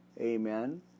amen